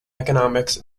economics